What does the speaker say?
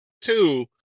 Two